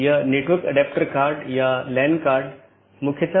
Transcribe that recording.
यह open update अधिसूचना और जीवित इत्यादि हैं